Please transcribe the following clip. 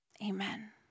amen